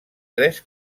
tres